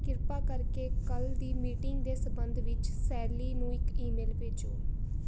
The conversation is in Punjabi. ਕਿਰਪਾ ਕਰਕੇ ਕੱਲ੍ਹ ਦੀ ਮੀਟਿੰਗ ਦੇ ਸਬੰਧ ਵਿੱਚ ਸੈਲੀ ਨੂੰ ਇੱਕ ਈਮੇਲ ਭੋਜੇ